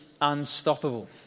unstoppable